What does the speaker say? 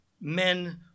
Men